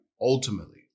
ultimately